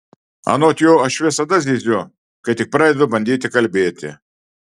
anot jo aš visada zyziu kai tik pradedu bandyti kalbėti